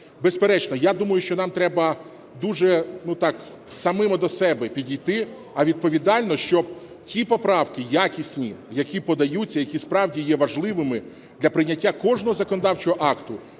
Безперечно, я думаю, що нам треба дуже самим до себе підійти відповідально, щоб ті поправки якісні, які подаються, які справді є важливими для прийняття кожного законодавчого акта,